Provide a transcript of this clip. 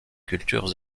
cultures